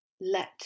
let